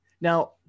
Now